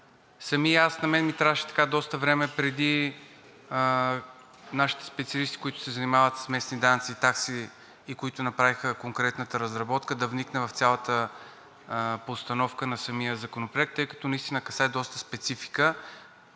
На мен самия ми трябваше доста време преди нашите специалисти, които се занимават с местни данъци и такси, които направиха конкретната разработка, да вникна в цялата постановка на самия Законопроект, тъй като наистина касае доста специфика.